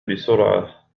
بسرعة